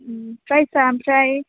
उम फ्राइसा ओमफ्राय